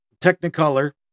Technicolor